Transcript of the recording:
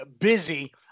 busy